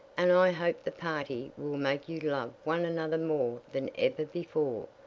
and i hope the party will make you love one another more than ever before.